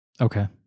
Okay